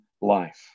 life